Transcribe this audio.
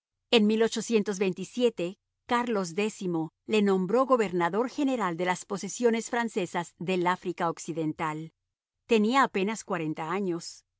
su padre en carlos x le nombró gobernador general de las posesiones francesas del africa occidental tenía apenas cuarenta años